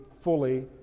fully